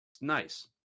nice